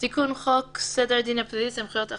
תיקון חוק סדר הדין הפלילי (סמכויות אכיפה,